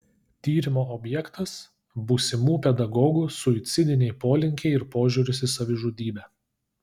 tyrimo objektas būsimų pedagogų suicidiniai polinkiai ir požiūris į savižudybę